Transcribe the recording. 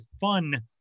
fun